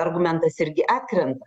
argumentas irgi atkrenta